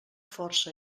força